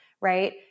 right